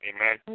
Amen